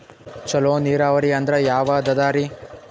ಚಲೋ ನೀರಾವರಿ ಅಂದ್ರ ಯಾವದದರಿ?